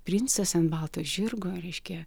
princas ant balto žirgo reiškia